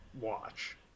watch